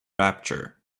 rapture